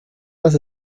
las